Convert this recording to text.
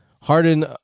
Harden